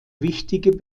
wichtige